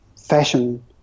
fashion